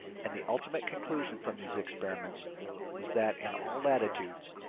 and the ultimate conclusion from these experiments was that, in all latitudes,